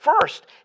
First